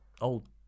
old